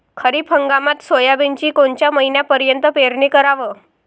खरीप हंगामात सोयाबीनची कोनच्या महिन्यापर्यंत पेरनी कराव?